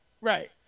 Right